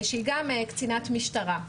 שהיא גם קצינת משטרה.